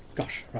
gosh. right!